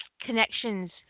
connections